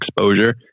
exposure